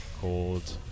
called